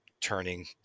turning